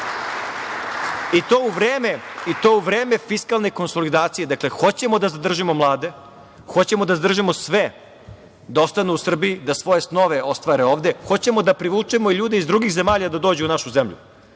i to u vreme fiskalne konsolidacije, dakle hoćemo da zadržimo mlade, hoćemo da zadržimo sve da ostanu u Srbiji, da svoje snove ostvare ovde, hoćemo da privučemo ljude iz drugih zemalja da dođu u nađu zemlju.